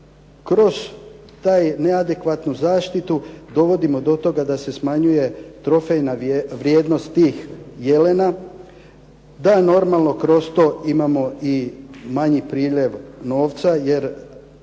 kroz tu neadekvatnu zaštitu dovodimo do toga da se smanjuje trofejna vrijednost toga jelena, da normalno kroz to imamo i manji priljev novca jer